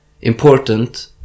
important